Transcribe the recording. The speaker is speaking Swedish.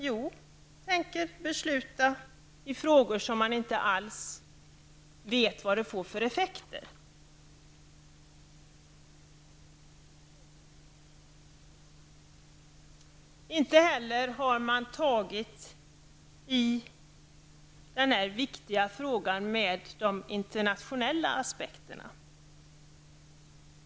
Man tänker besluta i frågor som man inte alls vet vad de får för effekter. Man har inte tagit med de internationella aspekterna i den här viktiga frågan.